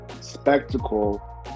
spectacle